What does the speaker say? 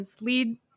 Lead